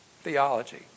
theology